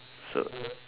so